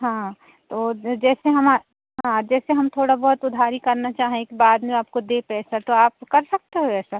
हाँ तो जैसे हम हाँ जैसे हम थोड़ा बहुत उधारी करना चाहें कि बाद में आपको दे पैसा तो आप कर सकते हो ऐसा